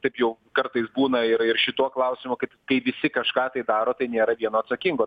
taip jau kartais būna ir ir šituo klausimu kaip kai visi kažką tai daro tai nėra vieno atsakingo